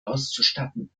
auszustatten